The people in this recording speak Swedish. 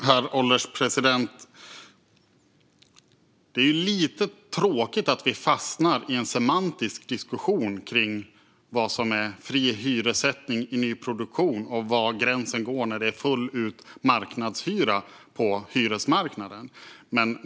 Herr ålderspresident! Det är lite tråkigt att vi fastnar i en semantisk diskussion om vad som är fri hyressättning i nyproduktion och var gränsen på hyresmarknaden går när det fullt ut räknas som marknadshyra.